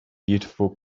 beautiful